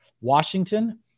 Washington